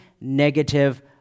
negative